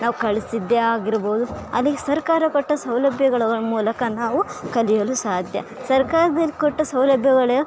ನಾವು ಕಳ್ಸಿದ್ದೆ ಆಗಿರ್ಬೋದು ಅಲ್ಲಿ ಸರ್ಕಾರ ಕೊಟ್ಟ ಸೌಲಭ್ಯಗಳ ಮೂಲಕ ನಾವು ಕಲಿಯಲು ಸಾಧ್ಯ ಸರ್ಕಾರದಿಂದ ಕೊಟ್ಟ ಸೌಲಭ್ಯಗಳು